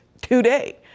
today